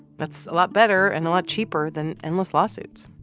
that's a lot better and a lot cheaper than endless lawsuits.